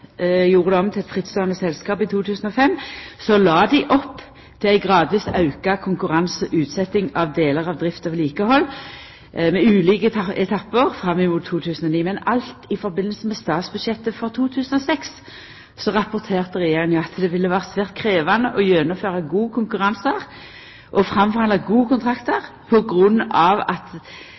til eit frittståande selskap i 2005, la ein opp til ei gradvis auka konkurranseutsetjing av delar av drift og vedlikehald, med ulike etappar fram mot 2009. Men alt i samband med statsbudsjettet for 2006 rapporterte regjeringa at det ville bli svært krevjande å gjennomføra god konkurranse og forhandla fram gode kontraktar på grunn av at